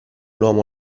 l’uomo